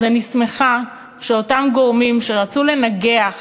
אז אני שמחה שאותם גורמים שרצו לנגח